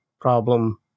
problem